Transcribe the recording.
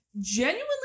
genuinely